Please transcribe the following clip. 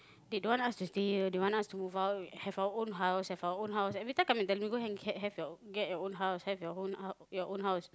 they don't want us to stay here they want us to move out have our own house have our own house every time come and tell you go and g~ have your get your own house have your own h~ your own house